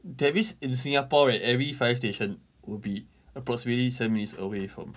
that means in singapore right every fire station will be approximately seven minutes away from